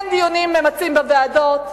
אין דיונים ממצים בוועדות,